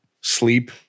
sleep